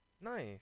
Nice